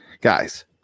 guys